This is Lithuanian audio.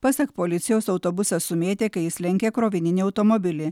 pasak policijos autobusą sumėtė kai jis lenkė krovininį automobilį